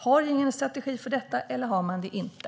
Har regeringen en strategi för detta, eller har man det inte?